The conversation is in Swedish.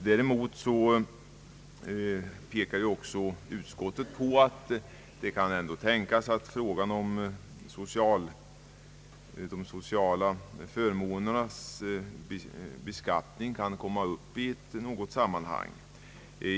Däremot framhåller ju också utskottet att frågan om de sociala förmånernas beskattning kan komma upp i något annat sammanhang.